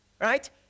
right